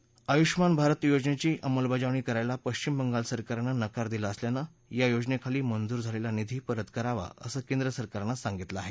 आयुष्मान भारत योजनेची अंमलबजावणी करायला पश्चिम बंगाल सरकारनं नकार दिला असल्यानं या योजनेखाली मंजूर झालेला निधी परत करावा असं केंद्रसरकारनं सांगितलं आहे